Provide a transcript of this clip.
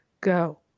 go